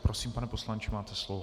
Prosím, pane poslanče, máte slovo.